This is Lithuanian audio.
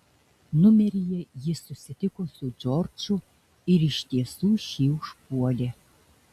numeryje jis susitiko su džordžu ir iš tiesų šį užpuolė